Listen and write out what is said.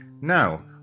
Now